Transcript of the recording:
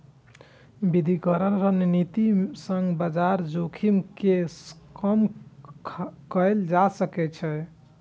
विविधीकरण रणनीति सं बाजार जोखिम कें कम कैल जा सकै छै